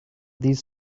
these